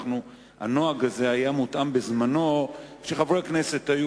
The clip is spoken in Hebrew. הנוהג הזה היה מותאם בזמנו כשחברי כנסת היו